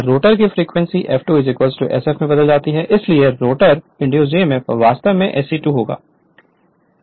rotor की frequency F2 sf में बदल जाती है इसलिए रोटर इंड्यूस्ड emf वास्तव में SE2 होगा